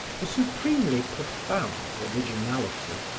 a supremely profound originality,